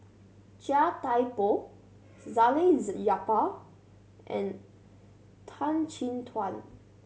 Chia Thye Poh Salleh Japar and Tan Chin Tuan